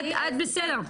את בסדר,